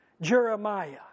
Jeremiah